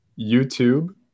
YouTube